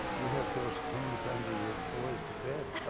we have those things under your boys bed.